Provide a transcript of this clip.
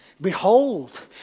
Behold